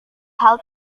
hal